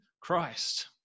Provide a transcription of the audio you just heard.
Christ